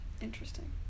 Interesting